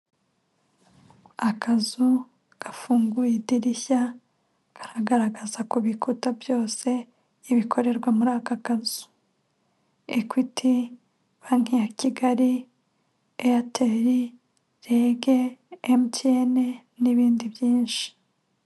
Akazu, gafunguye idirishya, karagaragaza ku bikuta byose, ibikorerwa muri aka kazu. Ekwiti, Banki ya Kigali, Eyateri, Rege, Emutiyene n'ibindi byinshi.